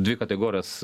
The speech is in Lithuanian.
dvi kategorijas